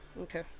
Okay